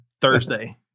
Thursday